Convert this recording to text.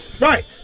Right